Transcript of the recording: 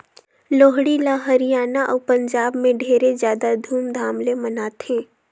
लोहड़ी ल हरियाना अउ पंजाब में ढेरे जादा धूमधाम ले मनाथें